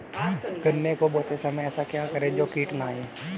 गन्ने को बोते समय ऐसा क्या करें जो कीट न आयें?